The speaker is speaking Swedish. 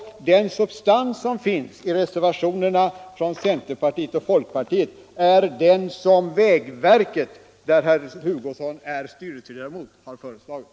Den substans som finns i reservationerna från centerpartiet och folkpartiet är alltså den nivå som vägverket, där herr Hugosson är styrelseledamot, har föreslagit.